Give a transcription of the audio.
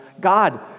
God